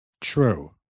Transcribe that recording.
True